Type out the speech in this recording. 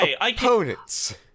opponents